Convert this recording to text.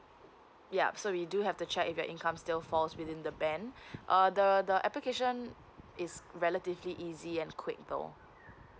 yup so we do have to check if your income still falls within the band uh the the application is relatively easy and quick though